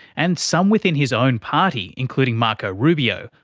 and some within his own party, including marco rubio,